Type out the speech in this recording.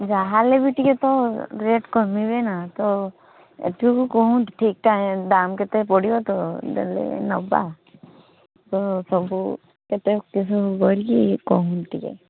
ଯାହାହେଲେ ବି ଟିକେ ତ ରେଟ୍ କମେଇବେନା ତ ଏଥିରୁ କୋଉ ଠିକ୍ ଦାମ୍ କେତେ ପଡ଼ିବ ତ ଦେଲେ ନେବା ତ ସବୁ କେତେ କରିକି କୁହନ୍ତୁ ଟିକିଏ